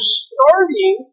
starting